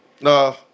no